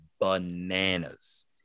bananas